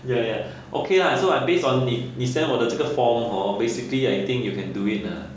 ya ya okay lah so I based on 你 send 我的这个 form hor basically I think you can do it lah